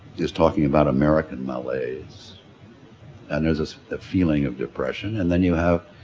just talking about american malaise and there's this feeling of depression and then you have